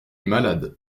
malades